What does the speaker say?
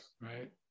right